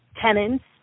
tenants